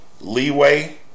leeway